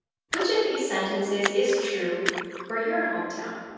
which of these sentences is true for your hometown?